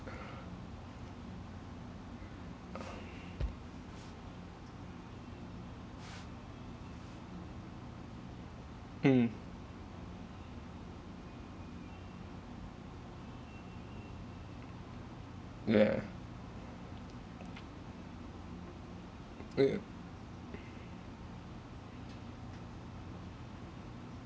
mm yeah yeah